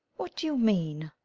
what do you mean?